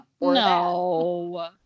No